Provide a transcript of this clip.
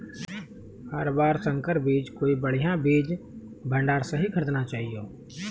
हर बार संकर बीज कोई बढ़िया बीज भंडार स हीं खरीदना चाहियो